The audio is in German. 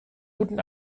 guten